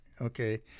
Okay